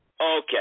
Okay